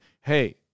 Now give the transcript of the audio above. hey